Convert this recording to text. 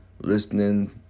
listening